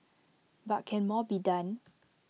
but can more be done